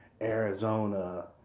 Arizona